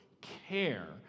care